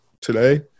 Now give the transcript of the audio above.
today